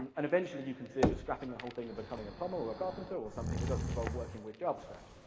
and and eventually you consider scrapping the whole thing and becoming a plumber or a carpenter or something that doesn't involve working with javascript.